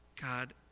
God